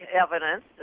evidence